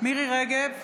מירי מרים רגב,